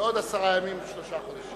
בעוד עשרה ימים זה שלושה חודשים.